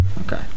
Okay